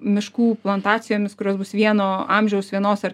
miškų plantacijomis kurios bus vieno amžiaus vienos ar